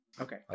okay